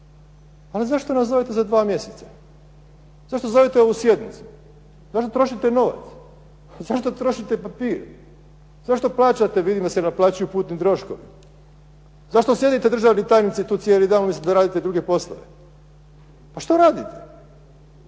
Ali zašto nas zovete za dva mjeseca, zašto zovete ovu sjednicu, zašto trošite novac, zašto trošite papir, zašto plaćate, vidim da se naplaćuju putni troškovi. Zašto sjednite državni tajnici tu cijeli dan umjesto da radite druge poslove. Što radite?